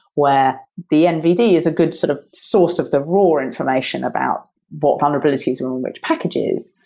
where the nvd is a good sort of source of the raw information about what vulnerabilities are on which packages,